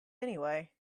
anyway